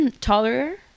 taller